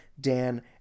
Dan